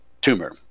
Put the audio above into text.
tumor